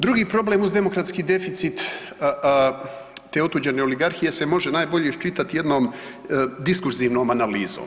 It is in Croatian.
Drugi problem uz demokratski deficit te otuđene oligarhije se može najbolje iščitati jednom diskurzivnom analizom.